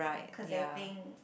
cause I think